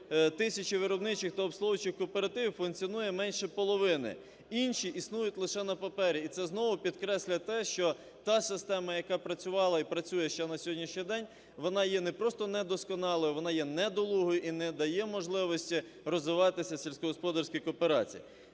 тисячі виробничих та обслуговуючих кооперативів функціонує менше половини, інші існують лише на папері. І це знову підкреслює те, що та система, яка працювала і працює ще на сьогоднішній день, вона є не просто не досконалою, вона є недолугою і не дає можливості розвиватись сільськогосподарській кооперації.